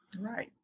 Right